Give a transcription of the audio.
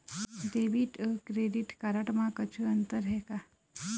Debit अऊ credit card म कुछू अंतर हे का?